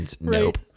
Nope